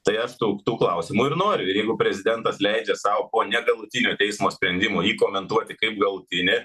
aš taug tų klausimų ir noriu ir jeigu prezidentas leidžia sau po negalutinio teismo sprendimų jį komentuoti kaip galutinį